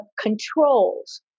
controls